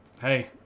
Hey